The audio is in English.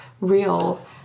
real